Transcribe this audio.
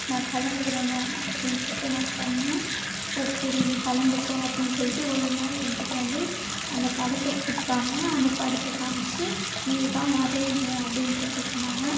நான் கலந்துக்கிறேன் மேம் அப்படின்னு சொல்லிட்டு நான் சொன்னேன் ஓகே டி நீ கலந்துக்கோ அப்படின்னு சொல்லிட்டு ஒரு நாள் என்கிட்ட வந்து அந்த படத்தை கொடுத்தாங்க அந்த படத்தை காமிச்சி நீ இதை தான் வரையணும் அப்படின்னு சொல்லிட்டு சொன்னாங்க